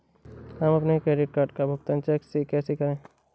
हम अपने credit card का भुगतान चेक से कैसे करें?